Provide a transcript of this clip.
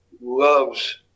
loves